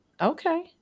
Okay